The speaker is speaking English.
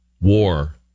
war